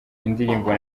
indirimbo